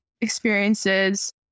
experiences